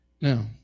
Now